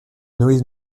noë